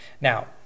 Now